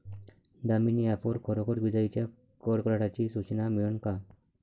Damini app वर खरोखर विजाइच्या कडकडाटाची सूचना मिळन का?